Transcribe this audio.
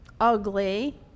ugly